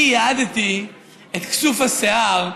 אני ייעדתי את כסוף השיער,